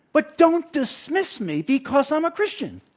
but don't dismiss me because i'm a christian.